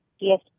Yes